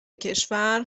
کشور